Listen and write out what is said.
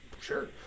Sure